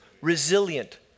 resilient